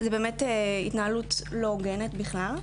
זאת התנהלות לא הוגנת בכלל.